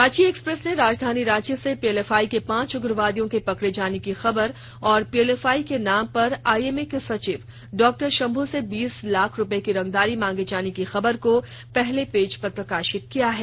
Ranchi express ने राजधानी रांची से पीएलएफआई के पांच उग्रवादियों के पकड़े जाने की खबर और पीएलएफआई के नाम पर आईएमए के सचिव डॉ शंभु से बीस लाख रुपये की रंगदारी मांगे जाने की खबर को पहले पेज पर प्रकाशित किया है